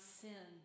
sin